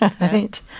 right